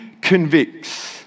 convicts